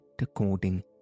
according